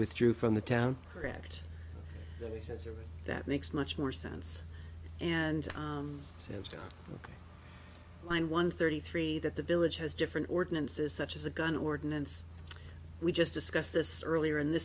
withdrew from the town correct he said that makes much more sense and line one thirty three that the village has different ordinances such as the gun ordinance we just discussed this earlier in th